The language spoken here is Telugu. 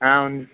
అవును